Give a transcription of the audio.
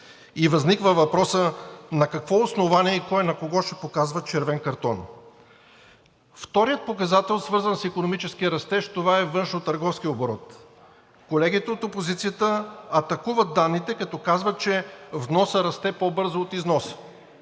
И възниква въпросът на какво основание и кой на кого ще показва червен картон? Вторият показател, свързан с икономическия растеж, това е външнотърговският оборот. Колегите от опозицията атакуват данните, като казват, че вносът расте по-бързо от износа.